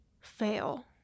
fail